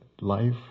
life